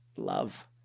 love